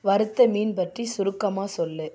வறுத்த மீன் பற்றி சுருக்கமாக சொல்லு